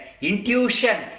intuition